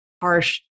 harsh